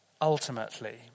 ultimately